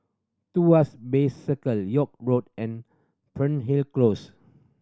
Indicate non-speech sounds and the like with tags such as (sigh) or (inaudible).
(unintelligible) Bay Circle York Road and Fernhill Close